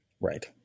Right